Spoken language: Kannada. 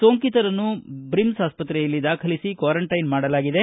ಸೋಂಕಿತರನ್ನು ಬ್ರಿಮ್ಸ್ ಆಸ್ಪತ್ತೆಯಲ್ಲಿ ದಾಖಲಿಬಿ ಕ್ವಾರಂಟೈನ್ ಮಾಡಲಾಗಿದೆ